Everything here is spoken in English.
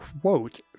quote